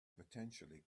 potentially